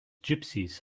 gypsies